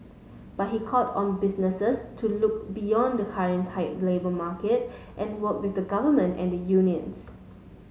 but he called on businesses to look beyond the current tight labour market and work with the government and unions